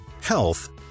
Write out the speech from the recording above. health